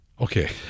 okay